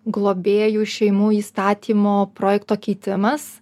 globėjų šeimų įstatymo projekto keitimas